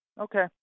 okay